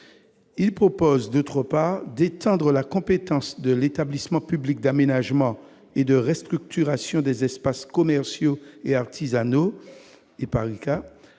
et, d'autre part, à étendre la compétence de l'établissement public d'aménagement et de restructuration des espaces commerciaux et artisanaux, l'EPARECA,